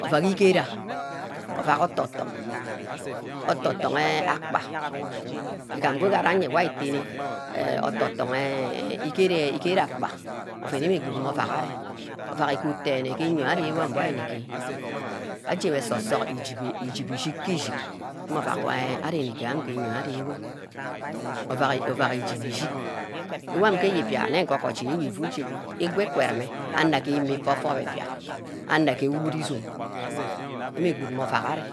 Ovack igara ovack oto-tung, oto-tung eh akpa, igam ugameh aye wor ari tene, eh oto-ton eh igere akpa, oven enwe good mme ovack ari, ovack igoat denne eyio ga mbu wor ari-ni-gaer ajemeh esug-syg igubor ishig-ke ishig, mmeh ovack wor ari nni geh amin ke eyio ari-wor ovack, ovack ijibor ishik iwan ke eyibia nne orguji ngwu ifu, igwa ikurame anor adim-meh ufor-ford ebia, anor akeh awiru izome, mme good mme ovack enwe,